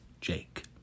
Jake